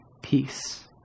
peace